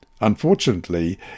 Unfortunately